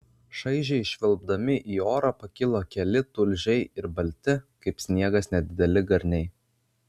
šaižiai švilpdami į orą pakilo keli tulžiai ir balti kaip sniegas nedideli garniai